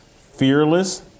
fearless